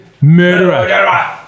murderer